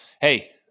Hey